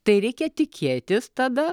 tai reikia tikėtis tada